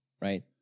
right